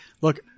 look